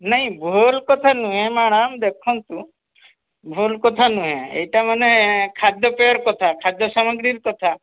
ନାଇଁ ଭୁଲ କଥା ନୁହେଁ ମ୍ୟାଡ଼ାମ୍ ଦେଖନ୍ତୁ ଭୁଲ କଥା ନୁହେଁ ଏଇଟା ମାନେ ଖାଦ୍ୟପେୟର କଥା ଖାଦ୍ୟ ସାମଗ୍ରୀର କଥା